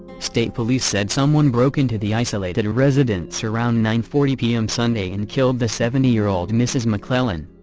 state police said someone broke into the isolated residence around nine forty p m. sunday and killed the seventy year old mrs. mcclellan.